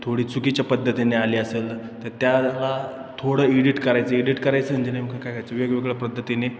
थोडी चुकीच्या पद्धतीने आली असेल तर त्याला थोडं इडिट करायचं एडिट करायचं म्हणजे नेमकं काय करायचं वेगवेगळ्या पद्धतीने